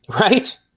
Right